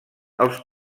els